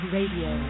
Radio